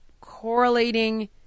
correlating